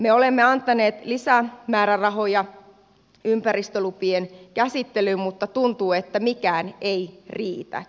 me olemme antaneet lisämäärärahoja ympäristölupien käsittelyyn mutta tuntuu että mikään ei riitä